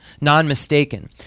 non-mistaken